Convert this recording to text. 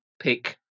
pick